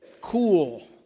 cool